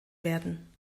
werden